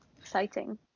Exciting